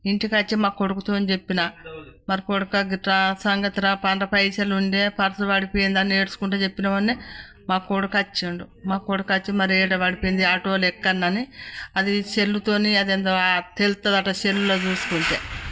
ఇంటికచ్చి మా కొడుకుతో చెప్పిన మా కొడుకు గిట్లా సంగతిర పండ పైసలు ఉండే పర్స్ పడిపోయిందని ఏడ్సుకుంటూ చెప్పినవన్నీ మా కొడుకచ్చిండు మా కొడుకచ్చి మరి ఎక్కడ పడిపోయింది ఆటోలో ఎక్కండని అది సెల్లుతో అదేందో తెలుస్తుంది అంట సెల్లులో చూసుకుంటే